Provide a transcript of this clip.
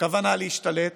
כוונה להשתלט